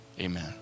amen